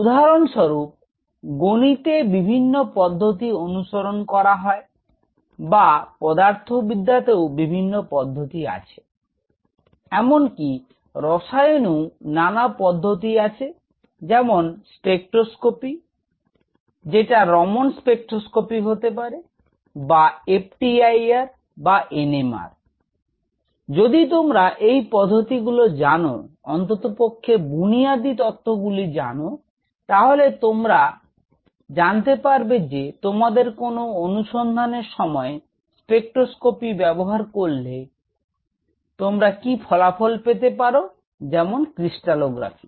উদাহরণস্বরূপ গনিতে বিভিন্ন পদ্ধতি অনুসরণ করা হয় বা পদার্থবিদ্যাতেও বিভিন্ন পদ্ধতি আছে এমনকি রসায়নেও নানা পদ্ধতি আছে যেমন স্পেকট্রোস্কোপি যেটা রমন স্পেকট্রোস্কোপি হতে পারে বা FTIR অথবা NMR যদি তোমরা এই পদ্ধতিগুলো জান অন্ততপক্ষে বুনিয়াদি তত্ত্বগুলি জান তাহলে তোমরা জানতে পারবে যে তোমাদের কোন অনুসন্ধানের সময় স্পেকট্রোস্কোপি ব্যাবহার করলে তোমরা কি ফলাফল পেতে পার যেমন - ক্রিস্টালোগ্রাফি